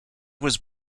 was